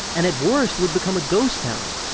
and at worst would become a ghost town.